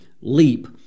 leap